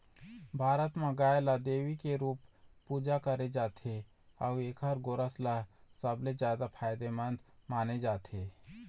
भारत म गाय ल देवी के रूप पूजा करे जाथे अउ एखर गोरस ल सबले जादा फायदामंद माने जाथे